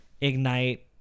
Ignite